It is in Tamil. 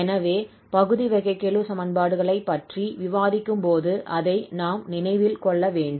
எனவே பகுதி வகைக்கெழு சமன்பாடுகளைப் பற்றி விவாதிக்கும்போது அதை நாம் நினைவில் வேண்டும்